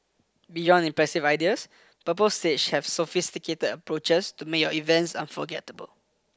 beyond impressive ideas Purple Sage has sophisticated approaches to make your events unforgettable